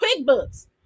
QuickBooks